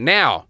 now